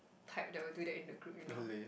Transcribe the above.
type that will do that in a group you know